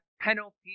penalty